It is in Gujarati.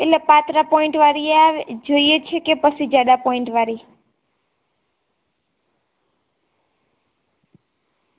એટલે પાતળા પોઈંટવાળી આવે જોઈએ છે કે પછી જાડા પોઈંટવાળી